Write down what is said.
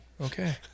Okay